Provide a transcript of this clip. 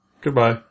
Goodbye